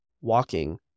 walking